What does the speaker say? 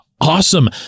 awesome